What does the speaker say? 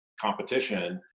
competition